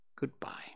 goodbye